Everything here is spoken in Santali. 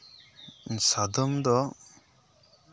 ᱥᱟᱫᱚᱢ ᱫᱚ